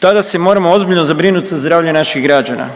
tada se moramo ozbiljno zabrinut za zdravlje naših građana.